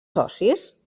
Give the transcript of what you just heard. socis